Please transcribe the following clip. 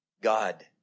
God